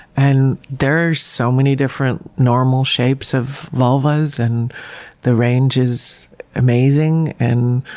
and there's so many different normal shapes of vulvas, and the range is amazing. and